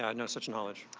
yeah no such knowledge.